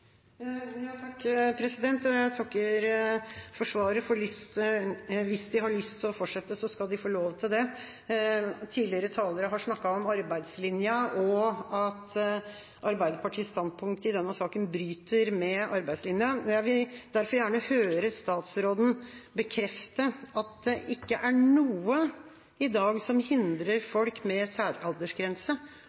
Jeg takker for svaret, for hvis man har lyst til å fortsette, skal man få lov til det. Tidligere talere har snakket om arbeidslinja og at Arbeiderpartiets standpunkt i denne saken bryter med arbeidslinja. Jeg vil derfor gjerne høre statsråden bekrefte at det ikke er noe i dag som hindrer folk med særaldersgrense